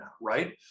right